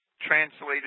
translated